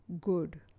good